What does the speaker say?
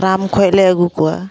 farm ᱠᱷᱚᱱᱞᱮ ᱟᱹᱜᱩ ᱠᱚᱣᱟ